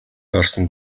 орсон